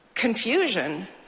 Confusion